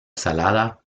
salada